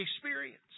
experience